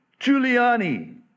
Giuliani